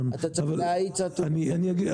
אתה צריך להאיץ עתודות נכון.